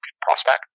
prospect